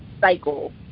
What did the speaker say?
cycle